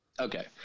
Okay